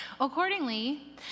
Accordingly